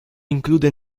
include